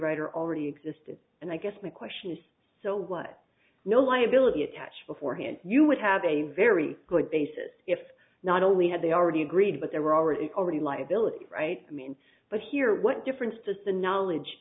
writer already existed and i guess my question is so was no liability attached beforehand you would have a very good basis if not only had they already agreed but there were already already liabilities right i mean but here what difference does the knowledge